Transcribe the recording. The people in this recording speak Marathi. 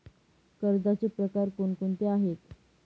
कर्जाचे प्रकार कोणकोणते आहेत?